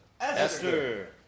Esther